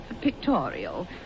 pictorial